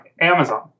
Amazon